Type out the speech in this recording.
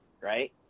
right